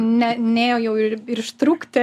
ne nėjo jau ir ir ištrūkti